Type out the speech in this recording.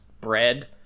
bread